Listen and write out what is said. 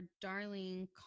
darling